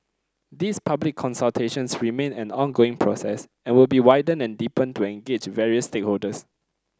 these public consultations remain an ongoing process and will be widened and deepened to engage various stakeholders